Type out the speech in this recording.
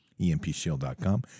empshield.com